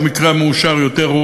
במקרה המאושר יותר,